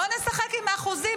בואי נשחק עם האחוזים,